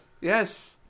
Yes